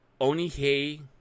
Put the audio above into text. Onihei